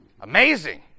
amazing